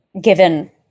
given